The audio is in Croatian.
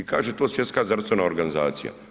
I kaže to Svjetska zdravstvena organizacija.